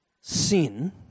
sin